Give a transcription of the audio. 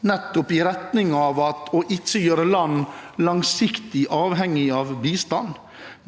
nettopp i retning av å ikke gjøre land langsiktig avhengig av bistand,